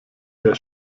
der